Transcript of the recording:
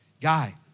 guy